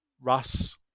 Russ